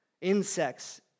insects